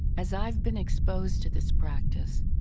as i've been exposed to this practice,